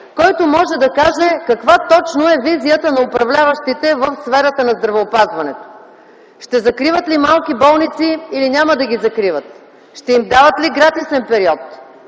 който може да каже точно каква е визията на управляващите в сферата на здравеопазването – ще закриват ли малки болници или няма да ги закриват, ще им дават ли гратисен период,